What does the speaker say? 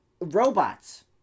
robots